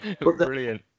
Brilliant